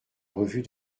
revue